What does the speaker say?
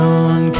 on